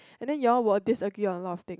and then you all will disagree a lot of things